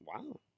Wow